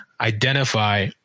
identify